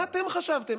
מה אתם חשבתם?